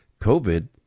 COVID